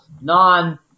non